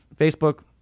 Facebook